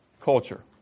Culture